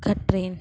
கற்றேன்